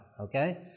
Okay